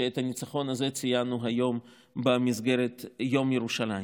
שאת הניצחון הזה ציינו היום במסגרת יום ירושלים.